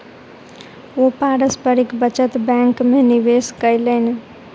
ओ पारस्परिक बचत बैंक में निवेश कयलैन